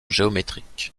géométrique